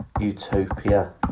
Utopia